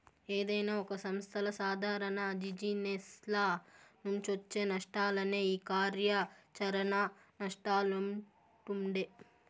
ఏదైనా ఒక సంస్థల సాదారణ జిజినెస్ల నుంచొచ్చే నష్టాలనే ఈ కార్యాచరణ నష్టాలంటుండె